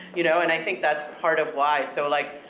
you know? and i think that's part of why. so like,